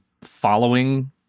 following